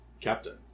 captain